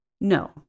No